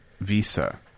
visa